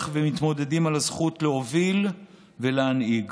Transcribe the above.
ומתמודדים על הזכות להוביל ולהנהיג,